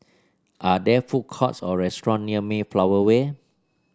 are there food courts or restaurants near Mayflower Way